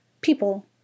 people